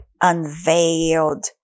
unveiled